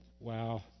Wow